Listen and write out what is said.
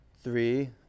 three